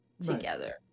together